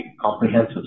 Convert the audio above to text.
comprehensive